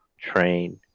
train